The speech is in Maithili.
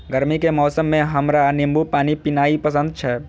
गर्मी के मौसम मे हमरा नींबू पानी पीनाइ पसंद छै